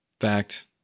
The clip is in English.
fact